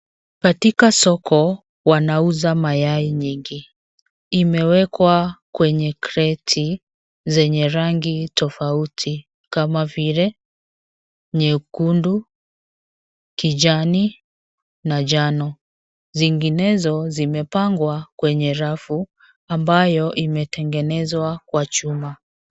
Katika soko wanauza mayai nyingi. Imewekwa kwenye kreti zenye rangi tofauti. Kama vile nyekundu, kijani na njano. Zinginezo zimepangwa kwenye rafu, ambayo imetengenezwa kwa chuma.